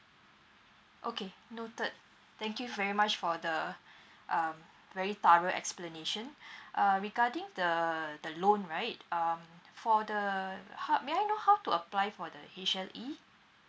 okay noted thank you very much for the um very thorough explanation uh regarding the the loan right um for the ho~ may I know how to apply for the H_L_E